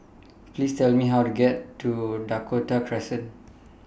Please Tell Me How to get to Dakota Crescent